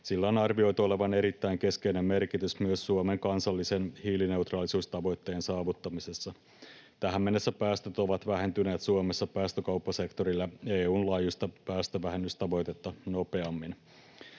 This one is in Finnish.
Sillä on arvioitu olevan erittäin keskeinen merkitys myös Suomen kansallisen hiilineutraalisuustavoitteen saavuttamisessa. Tähän mennessä päästöt ovat vähentyneet Suomessa päästökauppasektorilla EU:n laajuista päästövähennystavoitetta nopeammin.